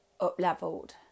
up-leveled